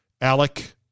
Alec